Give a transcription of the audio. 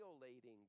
violating